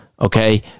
Okay